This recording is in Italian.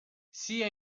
sia